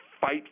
fight